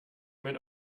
mein